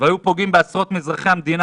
והיו פוגעים בעשרות מאזרחי המדינה,